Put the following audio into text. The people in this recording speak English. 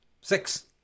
six